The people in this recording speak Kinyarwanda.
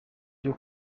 ryo